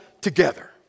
together